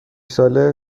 ساله